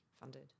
funded